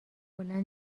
بلند